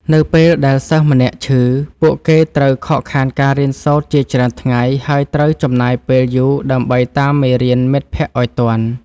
នៅពេលដែលសិស្សម្នាក់ឈឺ ពួកគេត្រូវខកខានការរៀនសូត្រជាច្រើនថ្ងៃ ហើយ ត្រូវចំណាយពេលយូរដើម្បីតាមមេរៀនមិត្តភក្តិឱ្យទាន់។